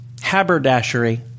haberdashery